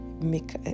make